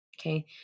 Okay